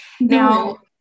Now